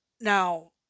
Now